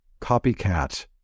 copycat